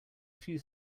few